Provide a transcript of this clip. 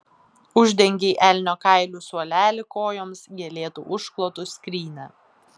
uždengei elnio kailiu suolelį kojoms gėlėtu užklotu skrynią